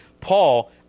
Paul